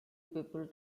people